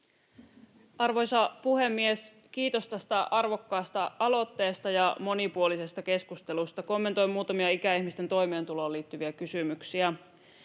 Arvoisa puhemies! Kiitos tästä arvokkaasta aloitteesta ja monipuolisesta keskustelusta. Kommentoin muutamia ikäihmisten toimeentuloon liittyviä kysymyksiä.